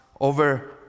over